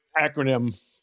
acronym